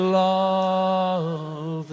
love